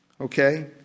okay